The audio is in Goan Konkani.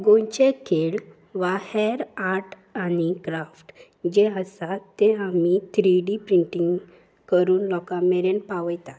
गोंयचे खेळ वा हेर आर्ट आनी क्राफ्ट जे आसा तें आमी थ्री डी प्रिंटींग करून लोकां मेरेन पावयतात